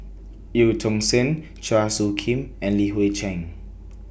EU Tong Sen Chua Soo Khim and Li Hui Cheng